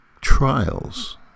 Trials